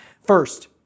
First